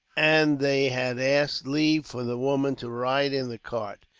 and they had asked leave for the woman to ride in the cart.